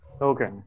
Okay